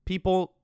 People